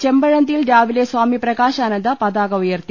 ചെമ്പഴന്തിയിൽ രാവിലെ സ്വാമി പ്രകാശാനന്ദ പതാക ഉയർത്തി